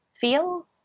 feel